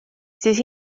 siis